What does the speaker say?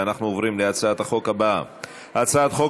ואנחנו עוברים להצעת החוק הבאה: הצעת חוק